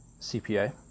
CPA